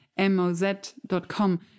moz.com